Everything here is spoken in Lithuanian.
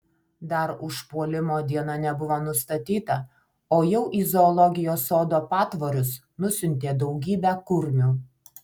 dar užpuolimo diena nebuvo nustatyta o jau į zoologijos sodo patvorius nusiuntė daugybę kurmių